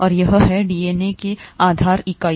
और यह है डीएनए के लिए आधार इकाई